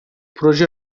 proje